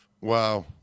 Wow